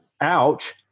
ouch